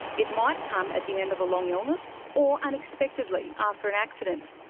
it might come at the end of a long illness, or unexpectedly, after an accident.